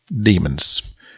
demons